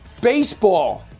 baseball